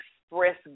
express